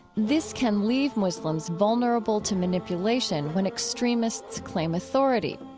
this can leave muslims vulnerable to manipulation when extremists claim authority.